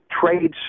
Trade